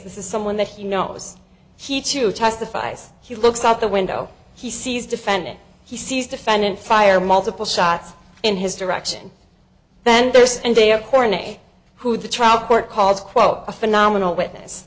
this is someone that he knows he too testifies he looks out the window he sees defendant he sees defendant fire multiple shots in his direction then there's and they are cornish who the trial court calls quote a phenomenal witness